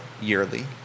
yearly